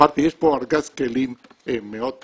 אמרתי, יש פה ארגז כלים מאוד נרחב,